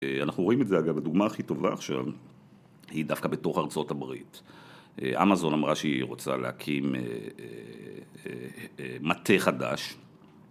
אנחנו רואים את זה, אגב, הדוגמה הכי טובה עכשיו היא דווקא בתוך ארצות הברית. אמזון אמרה שהיא רוצה להקים מטה חדש.